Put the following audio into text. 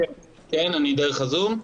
כן, אני דרך הזום.